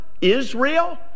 Israel